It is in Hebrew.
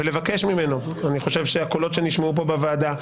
ולבקש ממנו אני חושב שהקולות שנשמעו פה בוועדה,